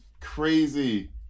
crazy